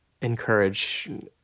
encourage